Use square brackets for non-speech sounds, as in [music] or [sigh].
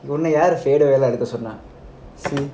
உன்ன யாரு:unna yaaru solo வாலாம் எடுக்க சொன்னா:valaam edukka sonna [laughs]